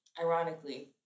ironically